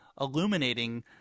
illuminating